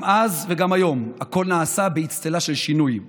גם אז וגם היום הכול נעשה באצטלה של שינוי.